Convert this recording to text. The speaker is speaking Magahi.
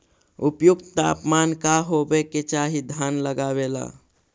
उपयुक्त तापमान का होबे के चाही धान लगावे ला?